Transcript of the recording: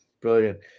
Brilliant